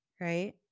right